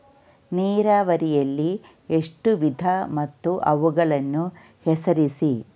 ನೀರಾವರಿಯಲ್ಲಿ ಎಷ್ಟು ವಿಧ ಮತ್ತು ಅವುಗಳನ್ನು ಹೆಸರಿಸಿ?